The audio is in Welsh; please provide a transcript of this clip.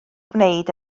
gwneud